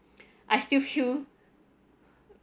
I still feel